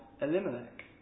Elimelech